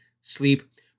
sleep